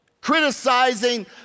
criticizing